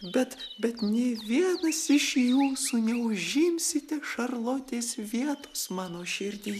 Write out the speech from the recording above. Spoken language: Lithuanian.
bet bet nė vienas iš jūsų neužimsite šarlotės vietos mano širdy